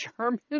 German